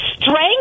strength